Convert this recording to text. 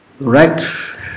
Right